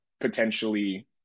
potentially